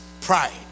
pride